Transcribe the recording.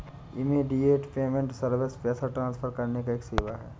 immediate payment service पैसा transfer करने का एक सेवा है